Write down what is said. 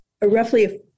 roughly